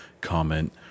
comment